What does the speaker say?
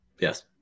Yes